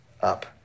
up